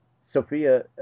Sophia